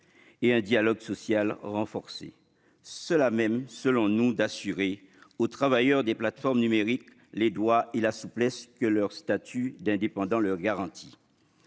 et un dialogue social renforcé, seul à même, selon nous, d'assurer aux travailleurs des plateformes numériques les droits et la souplesse que leur statut d'indépendant leur garantit.